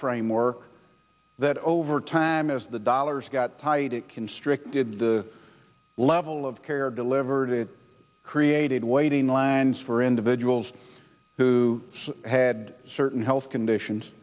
framework that over time as the dollars got tight it constricted the level of care delivered it created waiting lines for individuals who had certain health conditions